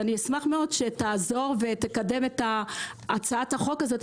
ואני אשמח מאוד שתעזור ותקדם את הצעת החוק הזאת.